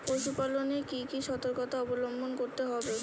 পশুপালন এ কি কি সর্তকতা অবলম্বন করতে হবে?